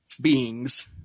beings